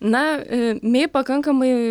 na mei pakankamai